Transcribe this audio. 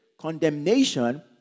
Condemnation